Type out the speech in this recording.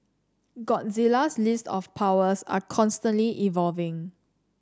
Godzilla's list of powers are constantly evolving